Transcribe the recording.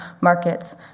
markets